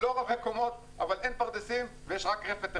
לא רבי קומות אבל אין פרדסים ויש רק רפת אחת.